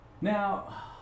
Now